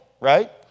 right